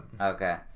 Okay